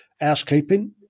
housekeeping